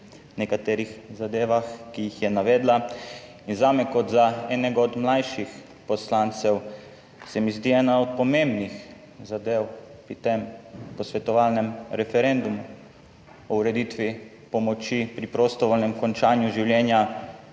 nekaterih zadevah, ki jih je navedla. Zame kot za enega od mlajših poslancev, se mi zdi ena od pomembnih zadev pri tem posvetovalnem referendumu o ureditvi pomoči pri prostovoljnem končanju življenja